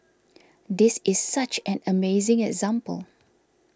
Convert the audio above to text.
this is such an amazing example